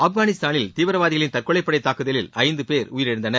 ஆப்கானிஸ்தானில் தீவிரவாதிகளின் தற்கொலைப்படை தாக்குதலில் ஐந்து பேர் உயிரிழந்தவர்